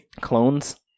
Clones